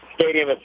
Stadium